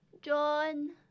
John